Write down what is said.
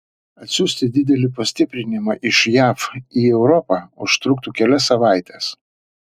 atsiųsti didelį pastiprinimą iš jav į europą užtruktų kelias savaites